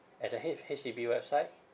at the H~ H_D_B website